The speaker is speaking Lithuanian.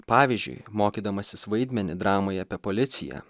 pavyzdžiui mokydamasis vaidmenį dramoje apie policiją